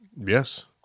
Yes